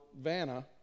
Vanna